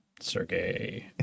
sergey